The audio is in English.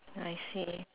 I see